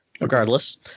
regardless